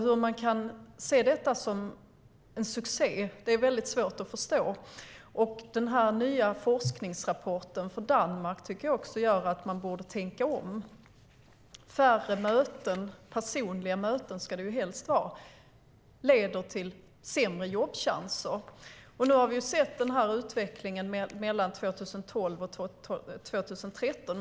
Att man kan se detta som en succé är väldigt svårt att förstå. Jag tycker att den nya forskningsrapporten från Danmark gör att man borde tänka om. Färre möten - det ska helst vara personliga möten - leder till sämre jobbchanser. Nu har vi sett utvecklingen mellan 2012 och 2013.